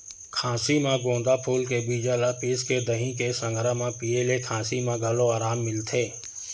खाँसी म गोंदा फूल के बीजा ल पिसके दही के संघरा म पिए ले खाँसी म घलो अराम मिलथे